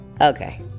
okay